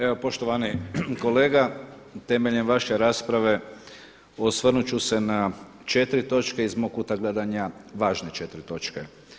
Evo poštovani kolega, temeljem vaše rasprave osvrnut ću se na 4 točke iz mog kuta gledanja, važne 4 točke.